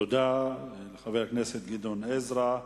תודה לחבר הכנסת גדעון עזרא.